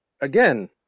again